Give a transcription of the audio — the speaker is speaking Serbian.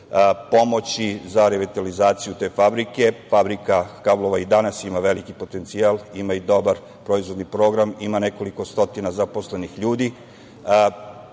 pomoći za revitalizaciju te fabrike? Fabrika kablova i danas ima veliki potencijal, ima i dobar proizvodni program, ima nekoliko stotina zaposlenih